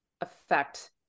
affect